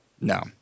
No